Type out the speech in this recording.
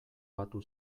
batu